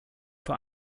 vor